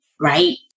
right